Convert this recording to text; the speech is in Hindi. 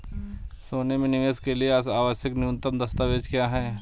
सोने में निवेश के लिए आवश्यक न्यूनतम दस्तावेज़ क्या हैं?